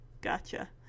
gotcha